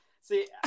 See